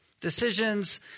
decisions